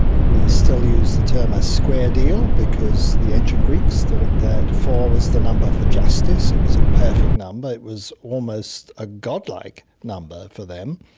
we still use the term a square deal because the ancient greeks thought that four was the number for justice, it was a perfect number, it was almost a godlike number for them.